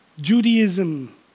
Judaism